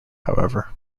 however